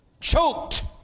choked